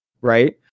Right